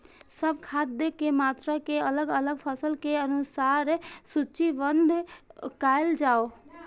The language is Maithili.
सब खाद के मात्रा के अलग अलग फसल के अनुसार सूचीबद्ध कायल जाओ?